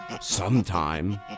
Sometime